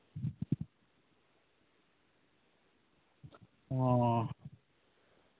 ᱚᱸᱻ